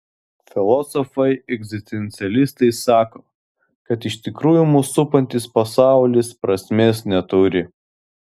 filosofai egzistencialistai sako kad iš tikrųjų mus supantis pasaulis prasmės neturi